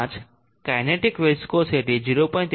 5 kinetic viscosity 0